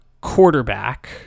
quarterback